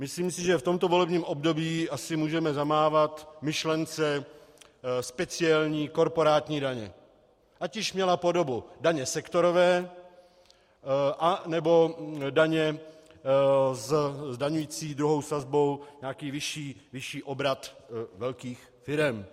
Myslím si, že v tomto volebním období asi můžeme zamávat myšlence speciální korporátní daně, ať již měla podobu daně sektorové, anebo daně zdaňující druhou sazbou nějaký vyšší obrat velkých firem.